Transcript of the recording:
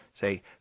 Say